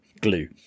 glue